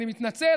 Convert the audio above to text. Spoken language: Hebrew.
אני מתנצל,